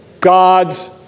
God's